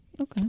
Okay